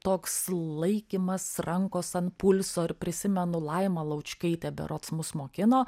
toks laikymas rankos ant pulso ir prisimenu laima laučkaitė berods mus mokino